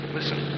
Listen